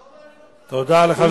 לא מעניין אותך, תודה לחבר